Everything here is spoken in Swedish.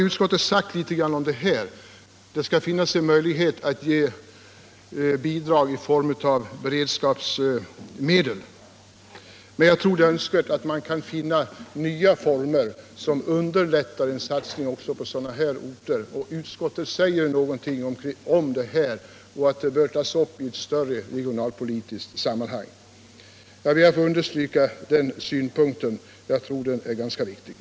Utskottet har skrivit att det finns möjligheter att ge bidrag av bered skapsmedel, men jag tror ändå att det vore önskvärt att finna nya former som underlättar en satsning också på sådana orter som jag här har talat om. Utskottet skriver att denna fråga bör tas upp i ett större regionalpolitiskt sammanhang. Jag ber att få understryka den synpunkten, som jag tror är ganska viktig.